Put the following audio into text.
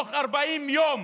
התוך 40 יום